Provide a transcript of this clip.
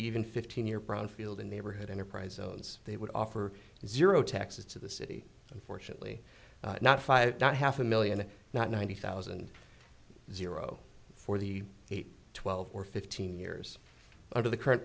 even fifteen year brownfield in neighborhood enterprise zones they would offer zero taxes to the city unfortunately not five not half a million not ninety thousand zero for the eight twelve or fifteen years under the current